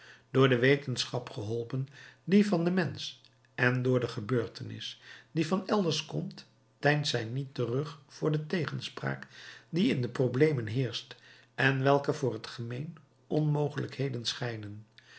door de wetenschap geholpen die van den mensch en door de gebeurtenis die van elders komt deinst zij niet terug voor de tegenspraak die in de problemen heerscht en welke voor het gemeen onmogelijkheden schijnen